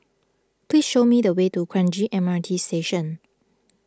please show me the way to Kranji M R T Station